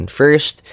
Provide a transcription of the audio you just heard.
first